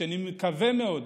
אני מקווה מאוד,